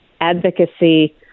advocacy